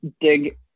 dig